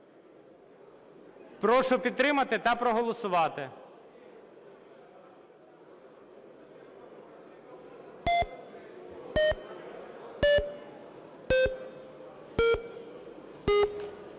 Прошу вас підтримати та проголосувати.